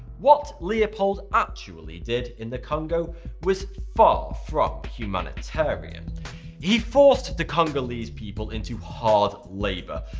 what leopold actually did in the congo was far from humanitarian he forced the congolese people into hard labour,